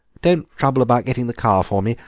don't trouble about getting the car for me,